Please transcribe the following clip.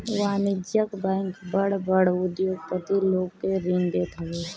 वाणिज्यिक बैंक बड़ बड़ उद्योगपति लोग के ऋण देत हवे